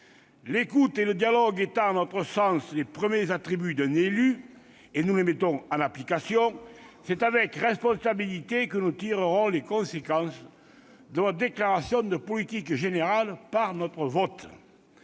L'écoute et le dialogue étant à notre sens les premiers attributs d'un élu- nous les mettons d'ailleurs en application -, c'est avec responsabilité que nous tirerons les conséquences de votre déclaration de politique générale au travers